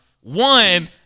one